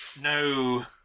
No